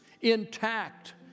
intact